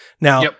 Now